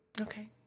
Okay